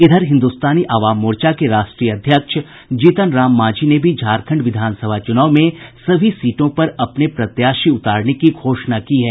इधर हिन्दुस्तानी अवाम मोर्चा के राष्ट्रीय अध्यक्ष जीतन राम मांझी ने भी झारखंड विधानसभा चुनाव में सभी सीटों पर अपने प्रत्याशी उतारने की घोषणा की है